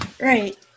right